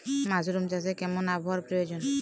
Mushroom চাষে কেমন আবহাওয়ার প্রয়োজন?